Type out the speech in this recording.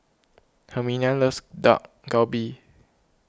Herminia loves Dak Galbi